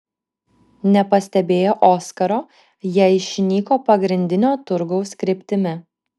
nepastebėję oskaro jie išnyko pagrindinio turgaus kryptimi